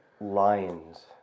lions